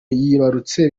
yibarutse